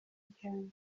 ryanjye